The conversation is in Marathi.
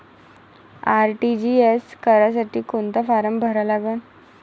आर.टी.जी.एस करासाठी कोंता फारम भरा लागन?